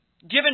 given